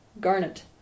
garnet